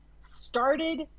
started